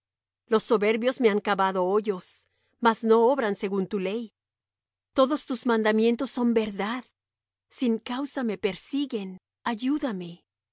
los soberbios me han cavado hoyos mas no obran según tu ley todos tus mandamientos son verdad sin causa me persiguen ayúdame